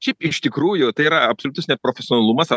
šiaip iš tikrųjų tai yra absoliutus neprofesionalumas